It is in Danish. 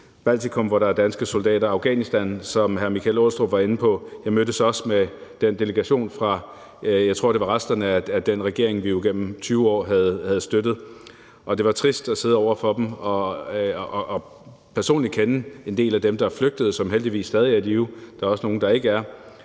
Baltikum, hvor der er danske soldater, og Afghanistan, som hr. Michael Aastrup Jensen var inde på. Jeg mødtes også med den delegation fra, jeg tror det var resterne af den regering, vi jo igennem 20 år havde støttet. Det var trist at sidde over for dem og personligt kende en del af dem, der flygtede, og som heldigvis stadig er i live – der er også nogle, der ikke er